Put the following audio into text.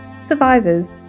survivors